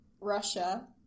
Russia